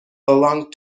along